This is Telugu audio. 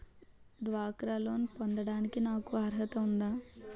డ్వాక్రా లోన్ పొందటానికి నాకు అర్హత ఉందా?